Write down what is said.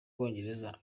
bwongereza